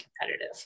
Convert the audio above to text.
competitive